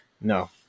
No